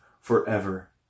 forever